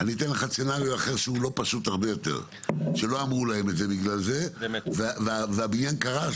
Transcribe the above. אני אתן לך משהו הרבה יותר לא פשוט מזה: שלא אמרו להם את זה והבניין קרס